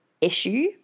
issue